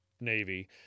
navy